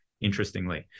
interestingly